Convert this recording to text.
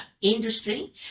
industry